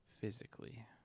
physically